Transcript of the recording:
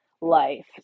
life